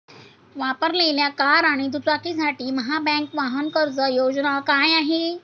वापरलेल्या कार आणि दुचाकीसाठी महाबँक वाहन कर्ज योजना काय आहे?